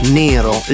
nero